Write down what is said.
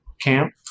Camp